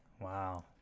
Wow